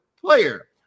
player